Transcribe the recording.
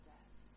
Death